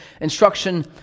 instruction